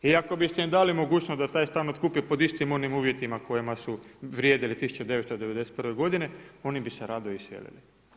I ako biste im dali mogućnost da taj stan otkupi pod istim onim uvjetima koji su vrijedili 1991. godine, oni bi se radi iselili.